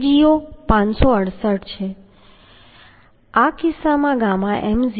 આ કિસ્સામાં ગામા m0 1